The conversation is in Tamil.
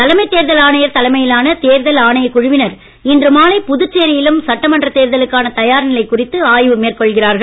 தலைமைத் தேர்தல் ஆணையர் தலைமையிலான தேர்தல் ஆணையக் குழுவினர் இன்று மாலை புதுச்சேரியிலும் சட்டமன்றத் தேர்தலுக்கான தயார் நிலை குறித்து ஆய்வு மேற்கொள்கிறார்கள்